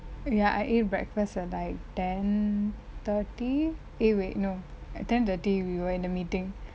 ya I ate breakfast at like ten thirty eh wait no at ten thirty we were in the meeting